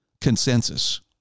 consensus